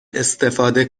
استفاده